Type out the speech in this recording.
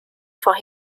for